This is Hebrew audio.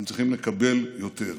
הם צריכים לקבל יתר.